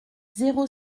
zéro